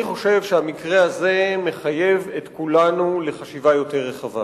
אני חושב שהמקרה הזה מחייב את כולנו לחשיבה יותר רחבה.